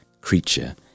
Creature